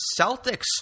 Celtics